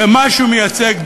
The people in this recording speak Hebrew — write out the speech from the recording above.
למה שהוא מייצג,